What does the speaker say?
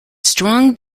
strong